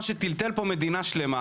מה שטלטל מדינה שלמה,